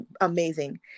amazing